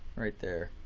right there.